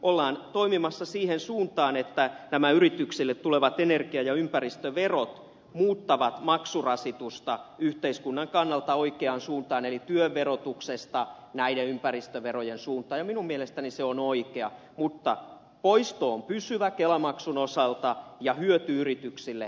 ollaan toimimassa siihen suuntaan että nämä yrityksille tulevat energia ja ympäristöverot muuttavat maksurasitusta yhteiskunnan kannalta oikeaan suuntaan eli työn verotuksesta näiden ympäristöverojen suuntaan ja minun mielestäni se on oikein mutta poisto on pysyvä kelamaksun osalta ja hyöty yrityksille väliaikainen